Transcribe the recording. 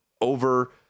over